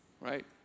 right